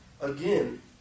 Again